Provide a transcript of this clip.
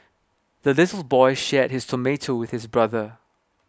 the little boy shared his tomato with his brother